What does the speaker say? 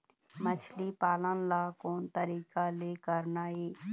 मछली पालन ला कोन तरीका ले करना ये?